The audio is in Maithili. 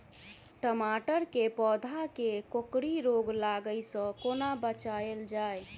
टमाटर केँ पौधा केँ कोकरी रोग लागै सऽ कोना बचाएल जाएँ?